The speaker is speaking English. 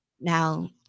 now